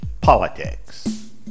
politics